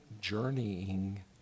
journeying